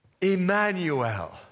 Emmanuel